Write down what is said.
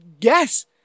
yes